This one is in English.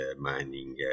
mining